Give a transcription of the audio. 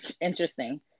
interesting